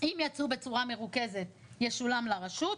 אם יצאו בצורה מרוכזת ישולם לרשות,